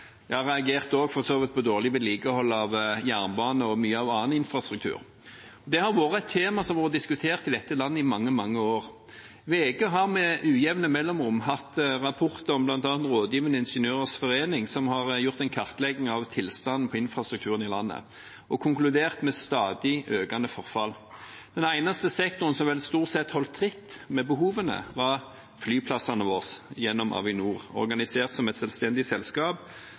Jeg reagerte også for så vidt på dårlig vedlikehold av jernbanen og av mye annen infrastruktur. Det har vært et tema som har vært diskutert i dette landet i mange, mange år. VG har med ujevne mellomrom hatt rapporter om bl.a. Rådgivende Ingeniørers Forening, som har gjort en kartlegging av tilstanden på infrastrukturen i landet, og konkludert med stadig økende forfall. Den eneste sektoren som vel stort sett holdt tritt med behovene, var flyplassene våre, gjennom Avinor, organisert som et selvstendig selskap